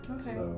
Okay